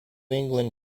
england